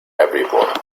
everyone